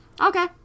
Okay